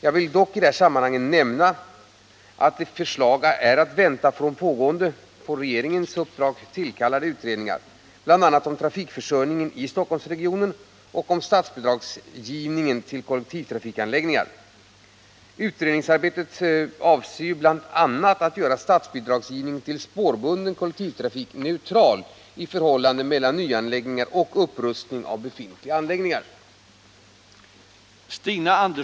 Jag vill dock i sammanhanget nämna att förslag är att vänta från pågående — på regeringens uppdrag tillkallade — utredningar, bl.a. om trafikförsörjningen i Stockholmsregionen och om lämnandet av statsbidrag till kollektivtrafikanläggningar. Utredningsarbetet avser ju bl.a. att göra statsbidragsgivningen beträffande spårbunden kollektivtrafik neutral i förhållandet mellan nyanläggningar och upprustning av befintliga anläggningar.